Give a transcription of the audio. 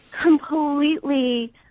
Completely